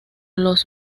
los